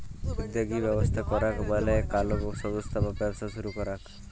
উদ্যগী ব্যবস্থা করাক মালে কলো সংস্থা বা ব্যবসা শুরু করাক